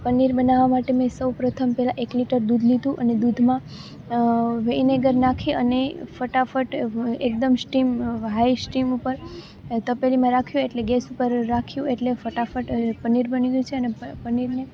પનીર બનાવવાં માટે મેં સૌપ્રથમ પહેલાં એક લિટર દૂધ લીધું અને દૂધમાં વિનેગર નાખી અને ફટાફટ એકદમ શ્ટિમ હાઇ શ્ટિમ ઉપર તપેલીમાં રાખ્યું એટલે ગેસ ઉપર રાખ્યું એટલે ફટાફટ પનીર બની ગયું છે અને પનીરને